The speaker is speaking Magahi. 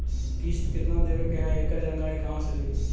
किस्त केत्ना देबे के है एकड़ जानकारी कहा से ली?